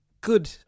good